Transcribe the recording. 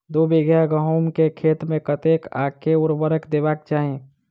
दु बीघा गहूम केँ खेत मे कतेक आ केँ उर्वरक देबाक चाहि?